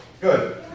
Good